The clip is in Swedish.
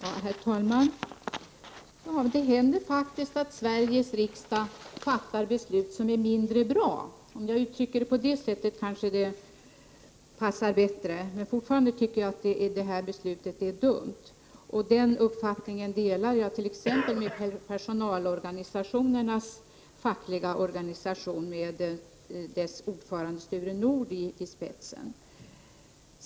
Herr talman! Det händer faktiskt att Sveriges riksdag fattar beslut som är mindre bra — om jag uttrycker det så, kanske det passar bättre. Men fortfarande tycker jag att det här beslutet är dumt. Och den uppfattningen delar jag med t.ex. personalorganisationernas fackliga organisation, med dess ordförande Sture Nord i spetsen.